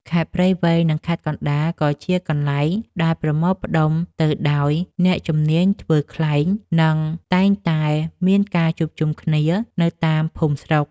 ខេត្តព្រៃវែង និងខេត្តកណ្តាល ក៏ជាកន្លែងដែលប្រមូលផ្ដុំទៅដោយអ្នកជំនាញធ្វើខ្លែង និងតែងតែមានការជួបជុំគ្នានៅតាមភូមិស្រុក។